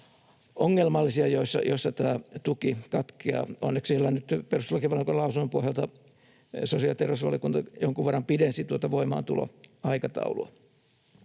ongelmallisia, joissa tämä tuki katkeaa. Onneksi nyt perustuslakivaliokunnan lausunnon pohjalta sosiaali- ja terveysvaliokunta jonkun verran pidensi tuota voimaantuloaikataulua.